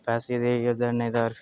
पैसे देई ओड़दा नेईं ते